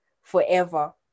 forever